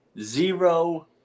zero